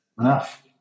enough